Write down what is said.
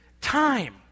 time